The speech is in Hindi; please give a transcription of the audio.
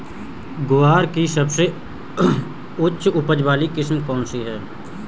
ग्वार की सबसे उच्च उपज वाली किस्म कौनसी है?